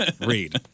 read